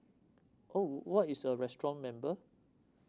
oh what is a restaurant member